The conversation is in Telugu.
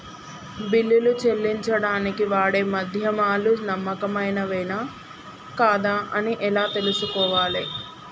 బిల్లులు చెల్లించడానికి వాడే మాధ్యమాలు నమ్మకమైనవేనా కాదా అని ఎలా తెలుసుకోవాలే?